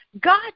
God